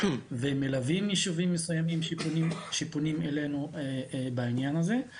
ומלווים יישובים מסוימים שפונים אלינו בעניין הזה.